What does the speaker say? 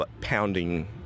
pounding